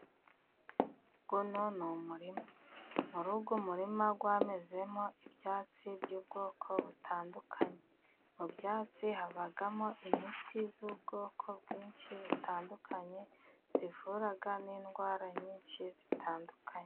Uno ni umurima muri uwo muririma wamezemo ibyatsi by'ubwoko butandukanye, mu byatsi habamo imiti y'ubwoko bwinshi butandukanye, ivura n'indwara nyinshi zitandukanye.